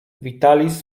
witalizm